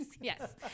yes